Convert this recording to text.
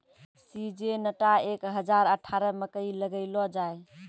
Syngenta एक हजार अठारह मकई लगैलो जाय?